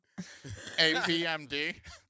APMD